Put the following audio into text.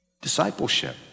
Discipleship